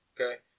okay